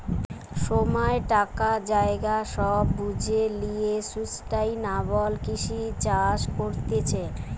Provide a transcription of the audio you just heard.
সময়, টাকা, জায়গা সব বুঝে লিয়ে সুস্টাইনাবল কৃষি চাষ করতিছে